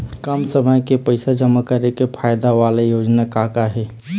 कम समय के पैसे जमा करे के फायदा वाला योजना का का हे?